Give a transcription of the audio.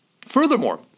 Furthermore